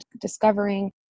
discovering